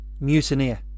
mutineer